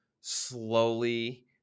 slowly